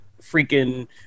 freaking